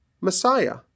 Messiah